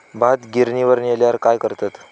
भात गिर्निवर नेल्यार काय करतत?